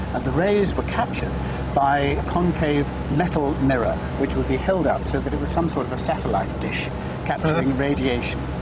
the rays were captured by a concave metal mirror, which would be held up so that it was some sort of a satellite dish capturing radiation.